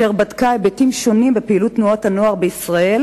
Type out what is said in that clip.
אשר בדק היבטים שונים בפעילות תנועות הנוער בישראל